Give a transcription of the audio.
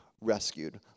rescued